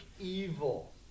evil